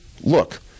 look